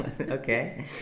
Okay